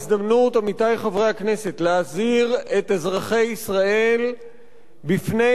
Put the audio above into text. להזהיר את אזרחי ישראל מפני ממשלה שהיא